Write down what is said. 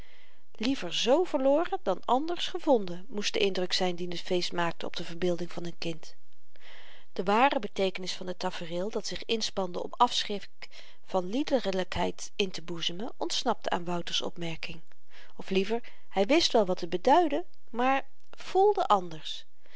liever z verloren dan anders gevonden moest de indruk zyn dien t feest maakte op de verbeelding van n kind de ware beteekenis van het tafereel dat zich inspande om afschrik van liederlykheid inteboezemen ontsnapte aan wouter's opmerking of liever hy wist wel wat het beduidde maar voelde anders